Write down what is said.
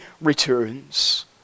returns